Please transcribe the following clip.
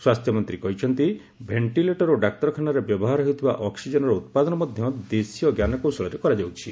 ସ୍ୱାସ୍ଥ୍ୟ ମନ୍ତ୍ରୀ କହିଛନ୍ତି ଭେଷ୍ଟିଲେଟର ଓ ଡାକ୍ତରଖାନାରେ ବ୍ୟବହାର ହେଉଥିବା ଅକ୍କିଜେନ୍ର ଉତ୍ପାଦନ ମଧ୍ୟ ଦେଶୀୟ ଜ୍ଞାନକୌଶଳରେ କରାଯାଉଛି